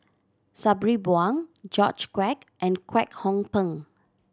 Sabri Buang George Quek and Kwek Hong Png